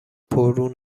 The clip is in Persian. پررو